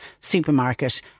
supermarket